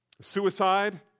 Suicide